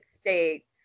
States